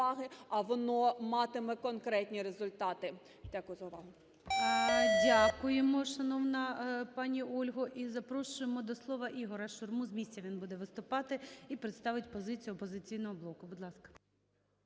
Дякую за увагу.